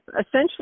essentially